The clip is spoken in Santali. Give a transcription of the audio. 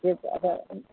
ᱠᱩᱴᱷᱭᱟᱹ ᱠᱚ ᱟᱠᱟ